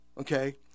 okay